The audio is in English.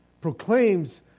proclaims